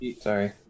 Sorry